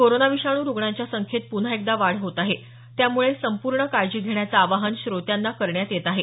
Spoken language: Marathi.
कोरोना विषाणू रुग्णांच्या संख्येत प्न्हा एकदा वाढ होत आहे त्यामुळे संपूर्ण काळजी घेण्याचं आवाहन श्रोत्यांना करण्यात येत आहे